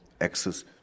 access